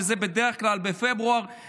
שזה בדרך כלל בפברואר,